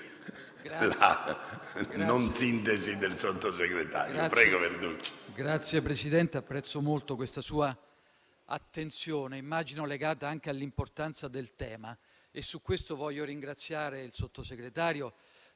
Signor Presidente, apprezzo molto questa sua attenzione, che immagino sia legata anche all'importanza del tema. A tal proposito voglio ringraziare il Sottosegretario